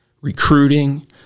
recruiting